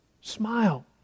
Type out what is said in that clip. smile